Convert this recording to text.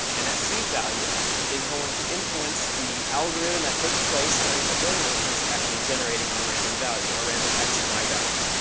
and that seed value is going to influence the algorithm that takes place underneath the hood when it comes to actually generating our random value, our random x and y value.